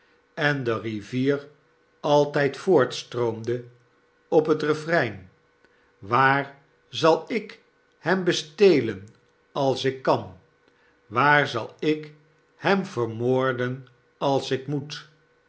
met de oogen op den grond geslagen waar zal ik hem bestelen als ik kan waar zal ik hem vermoorden als ik moet